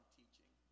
teaching